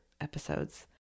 episodes